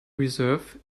reserve